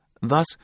Thus